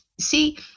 see